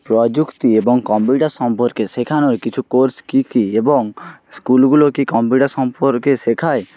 প্রযুক্তি এবং কম্পিউটার সম্পর্কে শেখানো কিছু কোর্স কী কী এবং স্কুলগুলো কি কম্পিউটার সম্পর্কে শেখায়